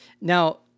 Now